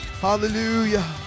hallelujah